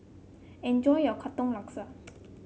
enjoy your Katong Laksa